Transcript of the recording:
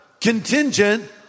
contingent